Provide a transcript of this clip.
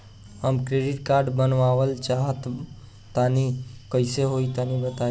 हम credit card बनवावल चाह तनि कइसे होई तनि बताई?